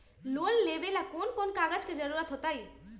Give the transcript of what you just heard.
Loan लेवेला कौन कौन कागज के जरूरत होतई?